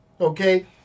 okay